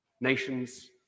nations